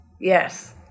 Yes